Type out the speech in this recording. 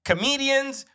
Comedians